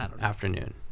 afternoon